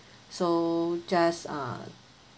so just uh